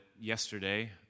yesterday